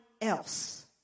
else